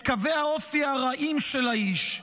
את קווי האופי הרעים של האיש,